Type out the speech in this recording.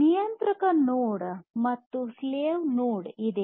ನಿಯಂತ್ರಕ ನೋಡ್ ಮತ್ತು slave node ಇದೆ